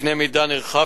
בקנה-מידה נרחב,